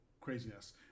craziness